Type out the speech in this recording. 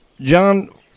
John